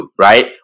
right